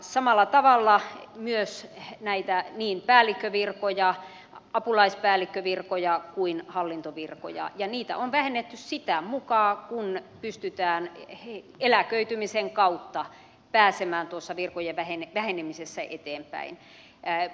samalla tavalla on vähennetty myös niin päällikkövirkoja apulaispäällikkövirkoja kuin hallintovirkoja ja niitä on vähennetty sitä mukaa kuin pystytään eläköitymisen kautta pääsemään tuossa virkojen vähenemisessä eteenpäin